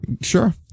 Sure